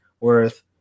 worth